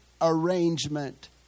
arrangement